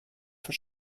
für